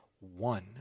one